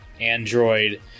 Android